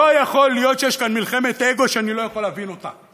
לא יכול להיות שיש כאן מלחמת אגו שאני לא יכול להבין אותה,